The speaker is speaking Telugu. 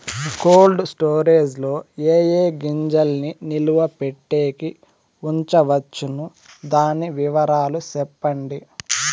కోల్డ్ స్టోరేజ్ లో ఏ ఏ గింజల్ని నిలువ పెట్టేకి ఉంచవచ్చును? దాని వివరాలు సెప్పండి?